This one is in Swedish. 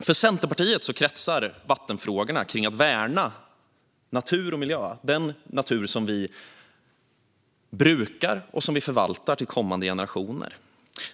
För Centerpartiet kretsar vattenfrågorna kring att värna natur och miljö, den natur som vi brukar och som vi förvaltar för kommande generationer.